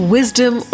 Wisdom